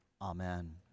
Amen